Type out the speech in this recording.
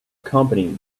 company